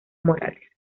morales